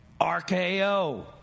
RKO